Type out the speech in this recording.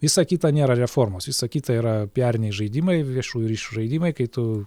visa kita nėra reformos visa kita yra piariniai žaidimai viešųjų ryšių žaidimai kai tu